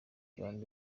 rwanda